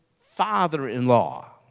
father-in-law